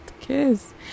kiss